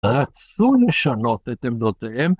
רצו לשנות את עמדותיהם.